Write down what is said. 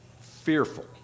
fearful